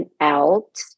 out